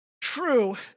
True